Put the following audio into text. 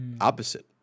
opposite